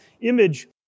image